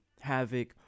Havoc